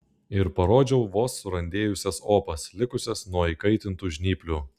ir parodžiau vos surandėjusias opas likusias nuo įkaitintų žnyplių